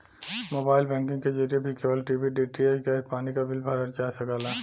mobile banking के जरिए भी केबल टी.वी डी.टी.एच गैस पानी क बिल भरल जा सकला